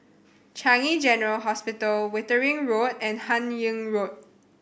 Changi General Hospital Wittering Road and Hun Yeang Road